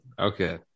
Okay